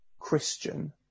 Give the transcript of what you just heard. Christian